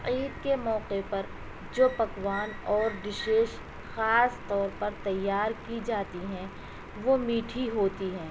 عید کے موقعے پر جو پکوان اور ڈشیز خاص طور پر تیار کی جاتی ہیں وہ میٹھی ہوتی ہیں